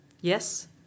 Yes